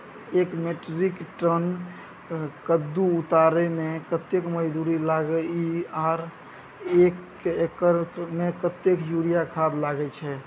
एक metric tonne कद्दू उतारे में कतेक मजदूरी लागे इ आर एक एकर में कतेक यूरिया खाद लागे छै?